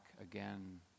again